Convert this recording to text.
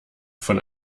von